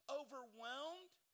overwhelmed